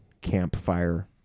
campfire